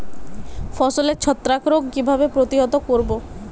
ফসলের ছত্রাক রোগ কিভাবে প্রতিহত করব?